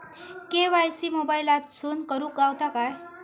KYC मोबाईलातसून करुक गावता काय?